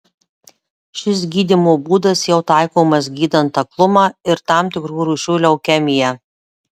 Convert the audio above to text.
šis gydymo būdas jau taikomas gydant aklumą ir tam tikrų rūšių leukemiją